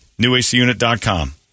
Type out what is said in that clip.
NewACUnit.com